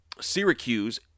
Syracuse